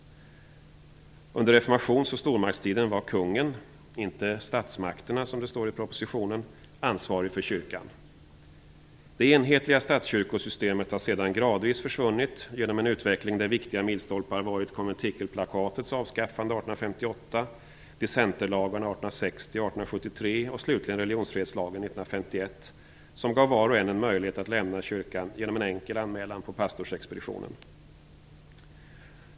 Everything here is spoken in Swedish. Under reformations och stormaktstiden var kungen - inte "statsmakterna", som det står i propositionen - ansvarig för kyrkan. Det enhetliga statskyrkosystemet har sedan gradvis försvunnit genom en utveckling där viktiga milstolpar varit konventikelplakatets avskaffande 1858, dissenterlagarna 1860 och 1873 och slutligen religionsfrihetslagen 1951 som gav var och en en möjlighet att lämna kyrkan genom en enkel anmälan på pastorsexpeditionen.